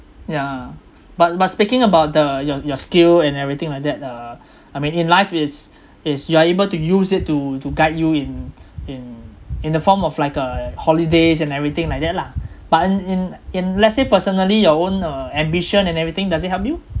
yeah but but speaking about the your your skill and everything like that uh I mean in life it's it's you are able to use it to to guide you in in in the form of like uh holidays and everything like that lah but in in in let's say personally your own uh ambition and everything does it help you